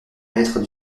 maîtres